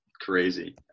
crazy